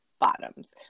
bottoms